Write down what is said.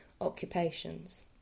occupations